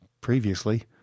previously